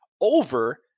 over